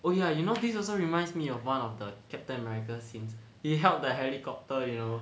oh ya you know this also reminds me of one of the captain america scenes he held the helicopter you know